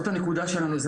זוהי הנקודה שלנו.